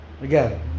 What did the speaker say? Again